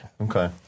Okay